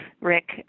Rick